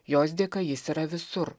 jos dėka jis yra visur